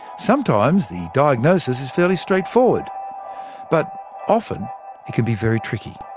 sometimes the diagnosis is fairly straightforward but often it can be very tricky.